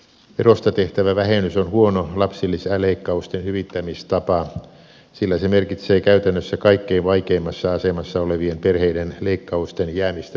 verosta tehtävä vähennys on huono lapsilisäleikkausten hyvittämistapa sillä se merkitsee käytännössä kaikkein vaikeimmassa asemassa olevien perheiden leikkausten jäämistä täysimääräisiksi